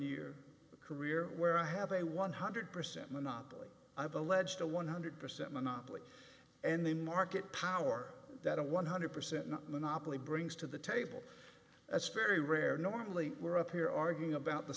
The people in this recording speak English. year career where i have a one hundred percent monopoly i've alleged a one hundred percent monopoly and the market power that a one hundred percent not monopoly brings to the table that's very rare normally we're up here arguing about the